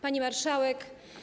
Pani Marszałek!